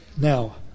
Now